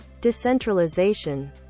decentralization